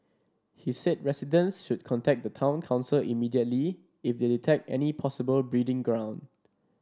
he said residents should contact the town council immediately if they detect any possible breeding ground